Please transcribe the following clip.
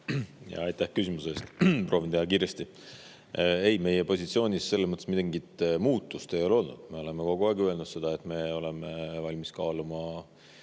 Aitäh küsimuse eest! Proovin teha kiiresti. Ei, meie positsioonis selles mõttes mingit muutust ei ole olnud. Me oleme kogu aeg öelnud, et me oleme valmis kaaluma